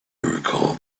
recalled